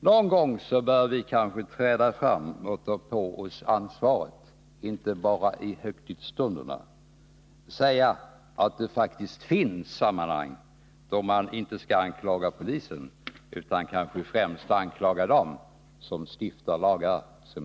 Någon gång bör vi kanske träda fram och ta på oss ansvaret, säga att det faktiskt finns sammanhang då man inte skall anklaga polisen utan kanske främst anklaga dem som stiftat lagarna.